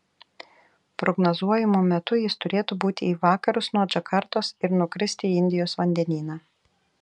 prognozuojamu metu jis turėtų būti į vakarus nuo džakartos ir nukristi į indijos vandenyną